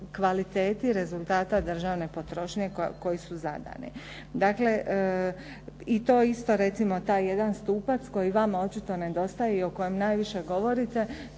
kvaliteti rezultata državne potrošnje koji su zadani. Dakle i to isto recimo taj jedan stupac koji vama očito nedostaje i o kojem najviše govorite,